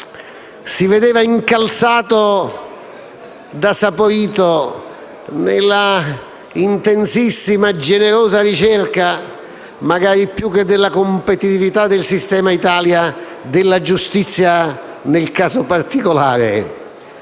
si vedeva incalzato da Saporito nella intensissima e generosa ricerca, magari più che della competitività del sistema Italia, della giustizia nel caso particolare.